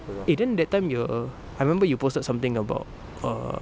eh then that time your I remember you posted something about err